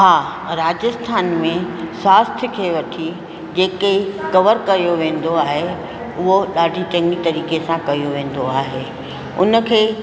हा राजस्थान में स्वास्थ्य खे वठी जेके कवर कयो वेंदो आहे हो ॾाढी चङी तरीक़े सां कयो वेंदो आहे हुनखे